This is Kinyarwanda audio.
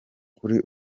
kuri